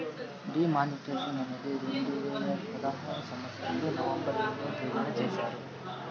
D మానిస్ట్రేషన్ అనేది రెండు వేల పదహారు సంవచ్చరంలో నవంబర్ ఎనిమిదో తేదీన చేశారు